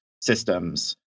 systems